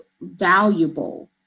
valuable